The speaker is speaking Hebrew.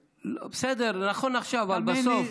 בסדר, נכון לעכשיו, אבל בסוף.